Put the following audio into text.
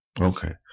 Okay